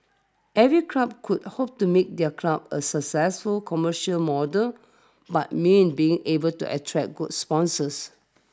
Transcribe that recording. every club could hope to make their club a successful commercial model but means being able to attract good sponsors